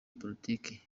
politiki